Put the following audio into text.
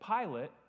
Pilate